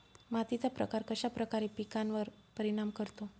मातीचा प्रकार कश्याप्रकारे पिकांवर परिणाम करतो?